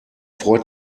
freut